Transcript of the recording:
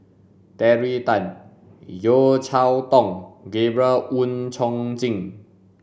Terry Tan Yeo Cheow Tong Gabriel Oon Chong Jin